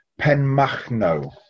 Penmachno